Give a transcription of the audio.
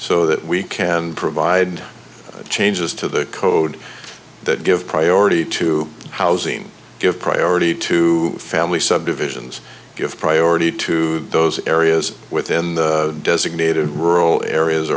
so that we can provide changes to the code that give priority to housing give priority to family subdivisions give priority to those areas within the designated rural areas